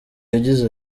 yagize